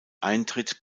eintritt